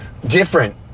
different